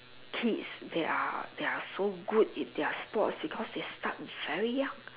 kids they are they are so good in their sports because they start very young